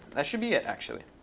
that should be it actually.